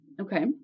okay